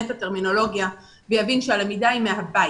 החינוך ישנה את הטרמינולוגיה ויבין שהלמידה היא מהבית.